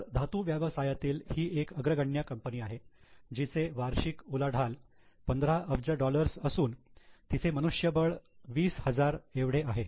तर धातु व्यवसायातील ही एक अग्रगण्य कंपनी आहे जिचे वार्षिक उलाढाल 15 अब्ज डॉलर्स असून तिचे मनुष्यबळ 20000 एवढे आहे